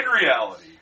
reality